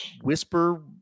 whisper